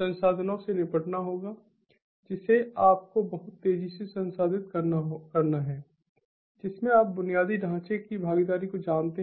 संसाधनों से निपटना होगा जिसे आपको बहुत तेजी से संसाधित करना है जिसमें आप बुनियादी ढांचे की भागीदारी को जानते हैं